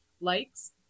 likes